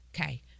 Okay